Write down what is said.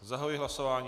Zahajuji hlasování.